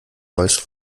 voice